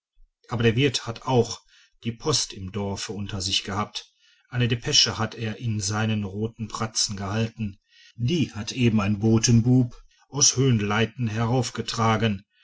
aber der wirt hat auch die post im dorf unter sich gehabt eine depesche hat er in seinen roten pratzen gehalten die hat eben ein botenbub aus höhenleiten